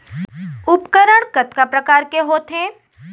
उपकरण कतका प्रकार के होथे?